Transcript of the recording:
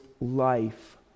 life